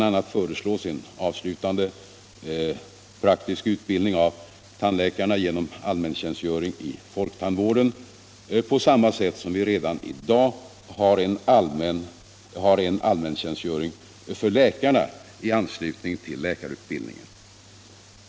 a. föreslås en avslutande praktisk utbildning för tandläkarna genom allmäntjänstgöring i folktandvården på samma sätt som vi redan i dag har en allmäntjänstgöring för läkarna i anslutning till läkarutbildningen.